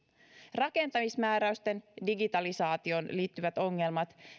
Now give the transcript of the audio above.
rakentamismääräysten digitalisaatioon liittyvät ongelmat